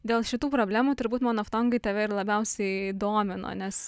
dėl šitų problemų turbūt monoftongai tave ir labiausiai domino nes